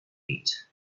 eat